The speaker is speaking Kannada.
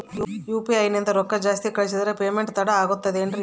ಯು.ಪಿ.ಐ ನಿಂದ ರೊಕ್ಕ ಜಾಸ್ತಿ ಕಳಿಸಿದರೆ ಪೇಮೆಂಟ್ ತಡ ಆಗುತ್ತದೆ ಎನ್ರಿ?